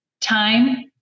time